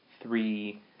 Three